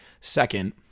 Second